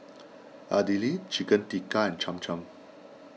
Idili Chicken Tikka and Cham Cham